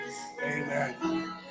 Amen